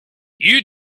you